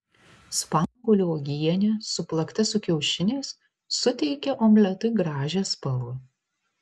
spanguolių uogienė suplakta su kiaušiniais suteikia omletui gražią spalvą